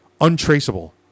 untraceable